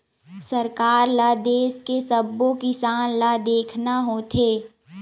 सरकार ल देस के सब्बो किसान ल देखना होथे